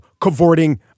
cavorting